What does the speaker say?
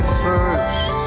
first